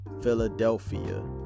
Philadelphia